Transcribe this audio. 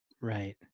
Right